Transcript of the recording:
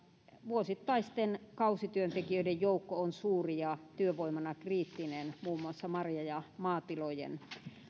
vuosittaisten kausityöntekijöiden joukko on suuri ja työvoimana kriittinen muun muassa marja ja maatilojen